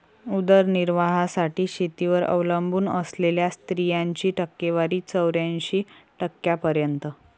उदरनिर्वाहासाठी शेतीवर अवलंबून असलेल्या स्त्रियांची टक्केवारी चौऱ्याऐंशी टक्क्यांपर्यंत